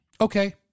Okay